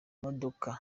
modoka